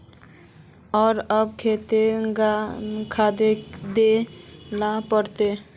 आर कब केते खाद दे ला पड़तऐ?